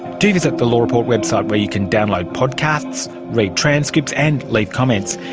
do visit the law report website where you can download podcasts, read transcripts and leave comments.